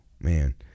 man